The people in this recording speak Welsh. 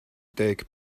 deg